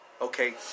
Okay